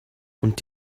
und